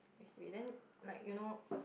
H_D_B then like you know